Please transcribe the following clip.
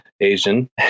Asian